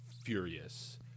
furious